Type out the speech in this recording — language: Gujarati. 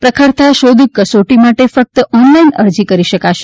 પ્રખરતા શોધ કસોટી માટે ફક્ત ઓનલાઈન અરજી કરી શકાશે